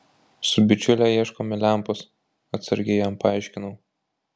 su bičiule ieškome lempos atsargiai jam paaiškinau